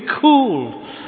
cool